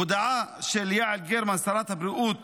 הודעה של יעל גרמן שרת הבריאות